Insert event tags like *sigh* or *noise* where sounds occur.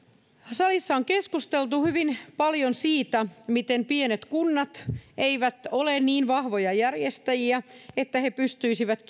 salissa on keskusteltu hyvin paljon siitä miten pienet kunnat eivät ole niin vahvoja järjestäjiä että he pystyisivät *unintelligible*